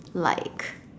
like